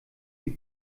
sie